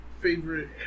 favorite